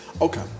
Okay